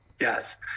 Yes